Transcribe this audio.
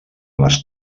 les